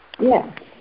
Yes